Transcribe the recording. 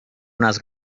unas